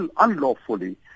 unlawfully